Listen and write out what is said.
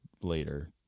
later